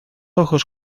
ojos